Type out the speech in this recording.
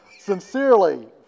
sincerely